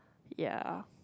ya